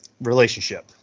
relationship